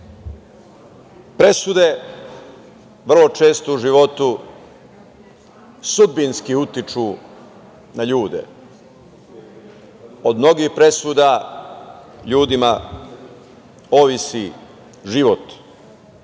prava. Presude vrlo često u životu sudbinski utiču na ljude. Od mnogih presuda ljudima zavisi život,